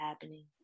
happening